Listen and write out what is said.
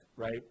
right